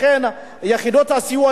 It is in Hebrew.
לכן יחידות הסיוע,